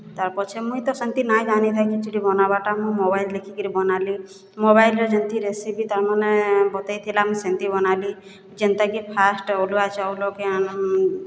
ତାର୍ ପଛେ ମୁଁଇ ତ ସେନ୍ତି ନାଇଁ ଜାନିଥାଇ ଖିଚ୍ଡ଼ି ବନାବାର୍ଟା ମୁଇଁ ମୋବାଇଲ୍ ଦେଖିକିରି ବନାଲି ମୋବାଇଲ୍ରେ ଯେନ୍ତି ରେସିପି ତାର୍ମାନେ ବତେଇ ଥିଲା ମୁଁଇ ସେନ୍ତି ବନାଲି ଯେନ୍ତାକି ଫାଷ୍ଟ୍ ଅରୁଆ ଚାଉଳକେ